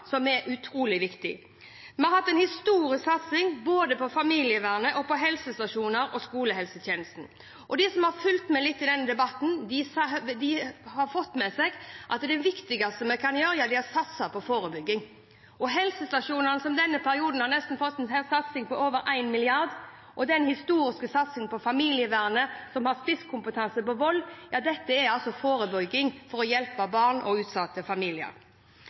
som er utrolig viktig. Vi har hatt en historisk satsing på både familievernet, helsestasjoner og skolehelsetjenesten. De som har fulgt med litt i denne debatten, har fått med seg at det viktigste vi kan gjøre, er å satse på forebygging. Helsestasjonene har i denne perioden fått en satsing på over en milliard. Det er en historisk satsing på familievernet, som har spisskompetanse på vold. Dette er forebygging for å hjelpe barn og utsatte familier.